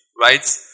right